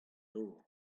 nor